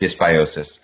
Dysbiosis